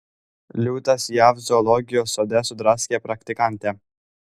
liūtas jav zoologijos sode sudraskė praktikantę